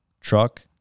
truck